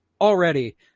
already